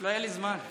לא היה לי זמן.